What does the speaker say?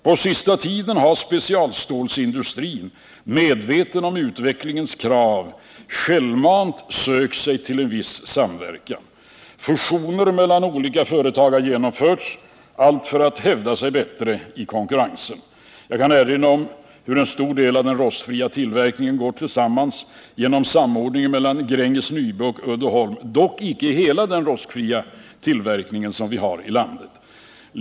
På senaste tiden har specialstålindustrin, medveten om utvecklingens krav, självmant sökt sig till en viss samverkan. Fusioner mellan olika företag har genomförts, allt för att de skall kunna hävda sig bättre i konkurrensen. Jag kan erinra om hur en stor del av den rostfria tillverkningen gått ihop genom samordningen mellan Gränges Nyby och Uddeholm. Det gäller dock inte hela den rostfria tillverkning vi har i landet.